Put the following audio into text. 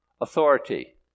Authority